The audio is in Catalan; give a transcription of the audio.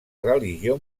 religió